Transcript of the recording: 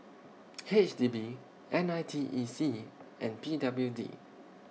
H D B N I T E C and P W D